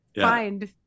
find